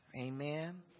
Amen